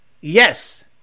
Yes